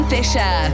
Fisher